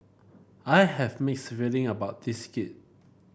I have mixed feeling about this gig